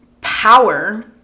power